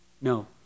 No